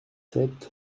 sept